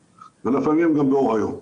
לפעמים גם לאור היום.